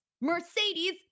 Mercedes